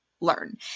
learn